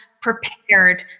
prepared